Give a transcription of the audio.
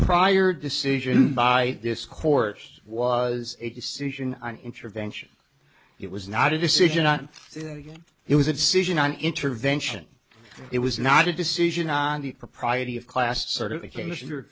prior decision by this course was a decision on intervention it was not a decision on it was a decision on intervention it was not a decision on the propriety of class certification or